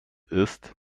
ist